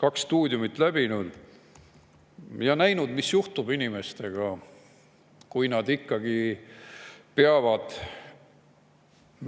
kaks stuudiumit läbinud ja näinud, mis juhtub inimestega, kui nad ikkagi peavad